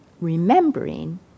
remembering